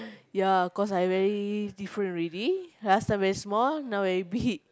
ya cause I very different already last time very small now very big